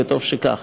וטוב שכך,